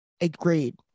Agreed